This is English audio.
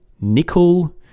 Nickel